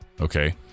Okay